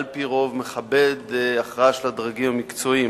על-פי רוב מכבד הכרעה של הדרגים המקצועיים.